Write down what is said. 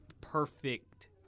perfect